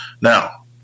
Now